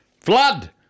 flood